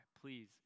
Please